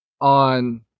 on